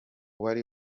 wari